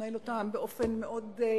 הוא מנהל אותן מאוד יפה.